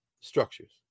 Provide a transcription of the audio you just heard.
structures